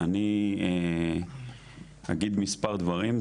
אני אגיד מספר דברים.